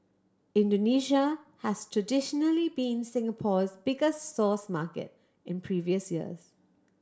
Indonesia has traditionally been Singapore's biggest source market in previous years